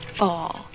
fall